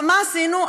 מה עשינו?